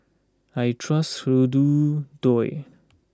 I trust Hirudoid